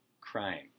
crime